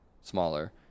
smaller